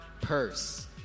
purse